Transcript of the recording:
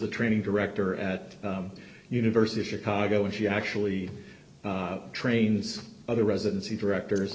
the training director at the university of chicago and she actually trains other residency directors